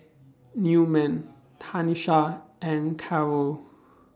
Newman Tanisha and Karyl